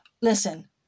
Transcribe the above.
listen